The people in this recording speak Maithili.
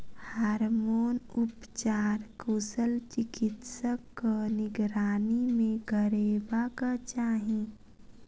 हार्मोन उपचार कुशल चिकित्सकक निगरानी मे करयबाक चाही